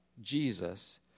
Jesus